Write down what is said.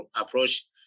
approach